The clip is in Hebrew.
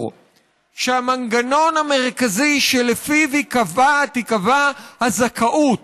שהמנגנון המרכזי שלפיו תיקבע הזכאות,